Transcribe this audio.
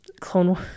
clone